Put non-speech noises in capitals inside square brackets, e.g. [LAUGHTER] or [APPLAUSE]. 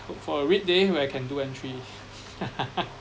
hope for a red day where I can do entry [LAUGHS]